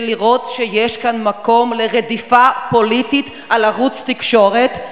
לראות שיש כאן מקום לרדיפה פוליטית של ערוץ תקשורת,